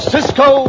Cisco